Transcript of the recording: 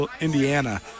Indiana